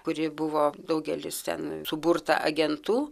kuri buvo daugelis ten suburta agentų